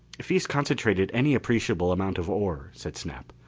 if he has concentrated any appreciable amount of ore, said snap.